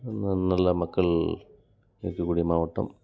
நல்ல மக்கள் இருக்கக்கூடிய மாவட்டம்